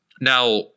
Now